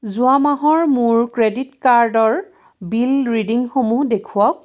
যোৱা মাহৰ মোৰ ক্ৰেডিট কাৰ্ডৰ বিল ৰিডিংসমূহ দেখুৱাওক